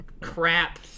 crap